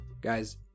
Guys